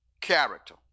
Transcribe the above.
character